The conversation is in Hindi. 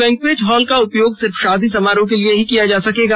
बैंकेट हॉल का उपयोग सिर्फ शादी के लिए ही किया जा सकेगा